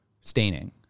staining